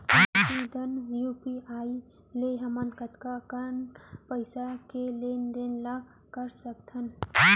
प्रतिदन यू.पी.आई ले हमन कतका कन पइसा के लेन देन ल कर सकथन?